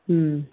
ಹ್ಞೂ